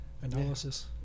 Analysis